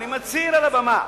אני מצהיר על הבמה: